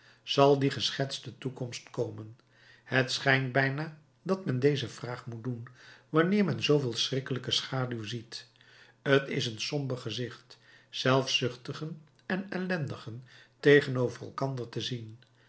zal die geschetste toekomst komen het schijnt bijna dat men deze vraag moet doen wanneer men zooveel schrikkelijke schaduw ziet t is een somber gezicht zelfzuchtigen en ellendigen tegenover elkander te zien